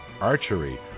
archery